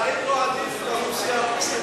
האם לא עדיף לאוכלוסייה המוסלמית